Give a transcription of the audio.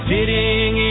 Sitting